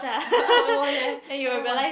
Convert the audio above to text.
haven't watch leh haven't watch